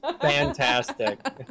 fantastic